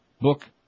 book